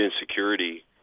insecurity